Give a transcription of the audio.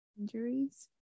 injuries